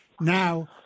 Now